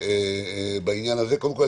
קודם כול,